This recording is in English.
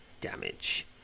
Damage